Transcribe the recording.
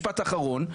משפט אחרון,